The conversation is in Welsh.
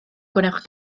gwnewch